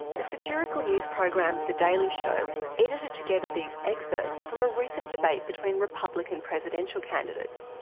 the satirical news program the daily show edited together these excerpts from a recent debate between republican presidential candidates.